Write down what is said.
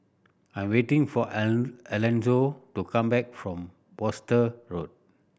I am waiting for Alonzo to come back from Worcester Road